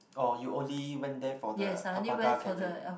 oh you only went there for the alpaca cafe